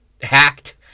hacked